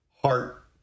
heart